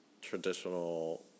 traditional